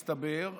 מסתבר,